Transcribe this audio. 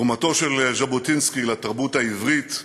תרומתו של ז'בוטינסקי לתרבות העברית,